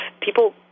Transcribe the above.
people